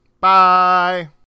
Bye